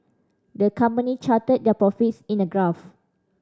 the company charted their profits in a graph